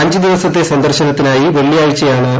അഞ്ച് ദിവസത്തെ സന്ദർശനത്തിനായി പ്പിള്ളിയാഴ്ചയാണ് ശ്രീ